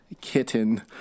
kitten